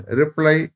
reply